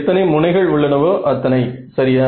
எத்தனை முனைகள் உள்ளனவோ அத்தனை சரியா